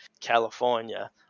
California